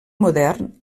modern